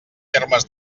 termes